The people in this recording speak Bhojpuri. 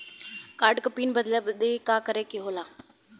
कार्ड क पिन बदले बदी का करे के होला?